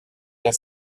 der